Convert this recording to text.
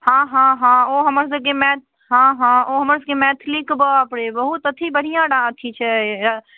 हँ हँ हँ ओ हमर सभकेँ मै हँ हँ ओ हमर सभकेँ मैथिली कऽ बाप रे बहुत अथी बढ़िआँ डा अथी छै रऽ